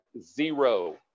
zero